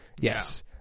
Yes